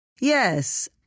Yes